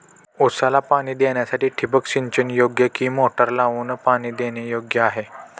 ऊसाला पाणी देण्यासाठी ठिबक सिंचन योग्य कि मोटर लावून पाणी देणे योग्य आहे?